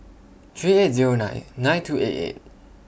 three eight Zero nine nine two eight eight